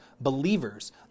believers